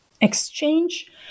exchange